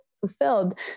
fulfilled